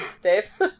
Dave